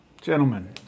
gentlemen